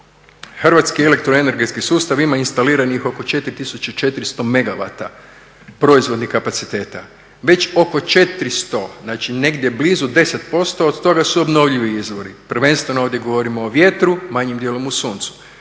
Hrvatski elektroenergetski sustav ima instaliranih oko 4400 megawata proizvodnih kapaciteta. Već oko 400, znači negdje blizu 10% od toga su obnovljivi izvori. Prvenstveno ovdje govorimo o vjetru , manjim dijelom o suncu.